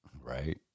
Right